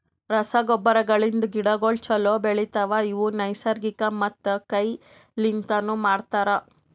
ರಸಗೊಬ್ಬರಗಳಿಂದ್ ಗಿಡಗೋಳು ಛಲೋ ಬೆಳಿತವ, ಇವು ನೈಸರ್ಗಿಕ ಮತ್ತ ಕೈ ಲಿಂತನು ಮಾಡ್ತರ